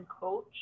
Coach